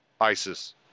ISIS